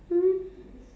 mm